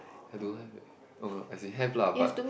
I don't have eh oh got as in have lah but